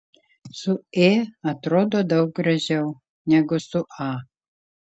su ė atrodo daug gražiau negu su a